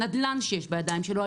הנדל"ן שיש בידיים שלו,